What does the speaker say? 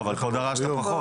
אבל פה דרשתם פחות.